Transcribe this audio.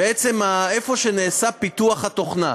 איפה שנעשה פיתוח התוכנה.